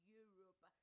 europe